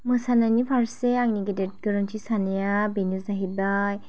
मोसानाइनि फारसे आंनि गेदेर गोरोन्थि साननाया बेनो जाहैबाय